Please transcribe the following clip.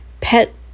pet